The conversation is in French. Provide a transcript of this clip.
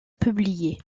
publiés